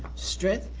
strength,